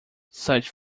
such